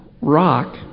rock